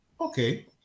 okay